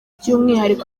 by’umwihariko